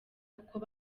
kuko